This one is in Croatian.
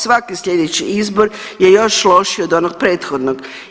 Svaki slijedeći izbor je još lošiji od onog prethodnog.